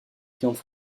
clientes